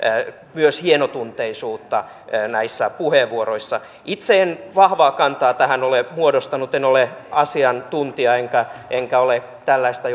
myös hienotunteisuutta näissä puheenvuoroissa itse en vahvaa kantaa tähän ole muodostanut en ole asiantuntija enkä ole tällaista